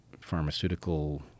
pharmaceutical